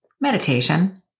meditation